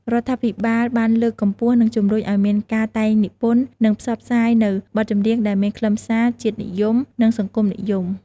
រដ្ឋាភិបាលបានលើកកម្ពស់ និងជំរុញឱ្យមានការតែងនិពន្ធ និងផ្សព្វផ្សាយនូវបទចម្រៀងដែលមានខ្លឹមសារ ជាតិនិយម និងសង្គមនិយម។